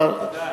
תודה.